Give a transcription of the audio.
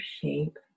shape